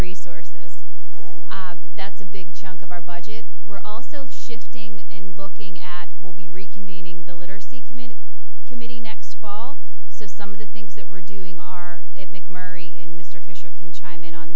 resources that's a big chunk of our budget we're also shifting and looking at will be reconvening the literacy committee committee next fall so some of the things that we're doing are mcmurry and mr fisher can chime in on